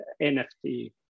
NFT